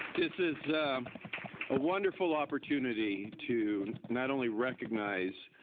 this is a wonderful opportunity to not only recognize